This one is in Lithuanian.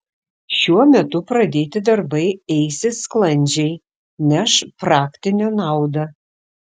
šiuo metu pradėti darbai eisis sklandžiai neš praktinę naudą